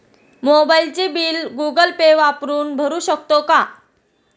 मोबाइलचे bill Google Pay वापरून भरू शकतो का?